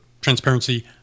transparency